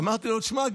אמרתי לו: תשמע,